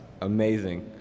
amazing